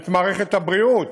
את מערכת הבריאות,